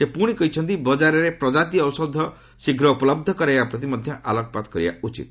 ସେ ପୁଣି କହିଛନ୍ତି ବଜାରରେ ପ୍ରଜାତି ଔଷଧ ଶୀଘ୍ର ଉପଲବ୍ଧ କରାଇବା ପ୍ରତି ମଧ୍ୟ ଆଲୋକପାତ କରିବା ଉଚିତ